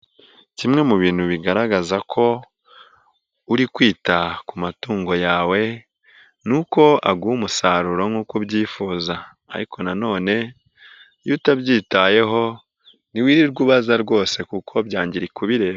Kimwe mu bintu bigaragaza ko uri kwita ku matungo yawe, ni uko aguha umusaruro nk'uko ubyifuza, ariko nanone iyo utabyitayeho ntiwirirwa ubaza rwose kuko byangirika ubireba.